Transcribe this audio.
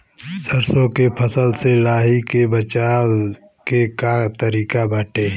सरसो के फसल से लाही से बचाव के का तरीका बाटे?